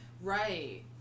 Right